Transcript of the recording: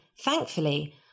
Thankfully